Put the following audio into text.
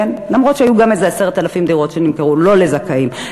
גם אם היו גם איזה 10,000 דירות שנמכרו לא לזכאים,